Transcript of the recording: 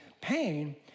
pain